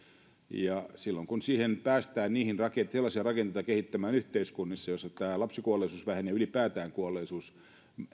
ja silloin kun päästään sellaisia rakenteita kehittämään yhteiskunnissa joissa tämä lapsikuolleisuus vähenee ylipäätään kuolleisuus